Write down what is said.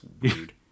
weird